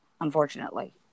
unfortunately